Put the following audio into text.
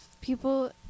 people